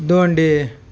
Donde